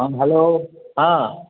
ହଁ ହାଲୋ ହଁ